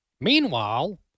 Meanwhile